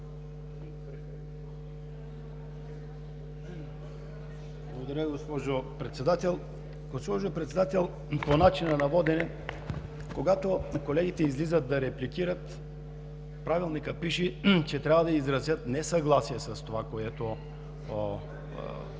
Благодаря, госпожо Председател. Госпожо Председател, по начина на водене. Когато колегите излизат да репликират, в Правилника пише, че трябва да изразят несъгласие с това, което